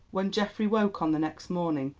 when geoffrey woke on the next morning,